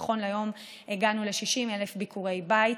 נכון להיום הגענו ל-60,000 ביקורי בית,